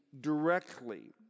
directly